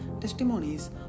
testimonies